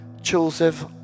Joseph